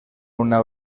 una